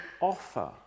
offer